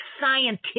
scientific